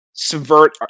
subvert